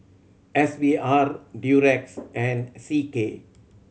S V R Durex and C K